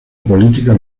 política